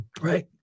Right